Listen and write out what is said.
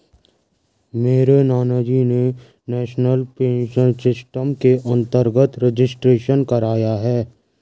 मेरे नानाजी ने नेशनल पेंशन सिस्टम के अंतर्गत रजिस्ट्रेशन कराया है